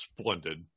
splendid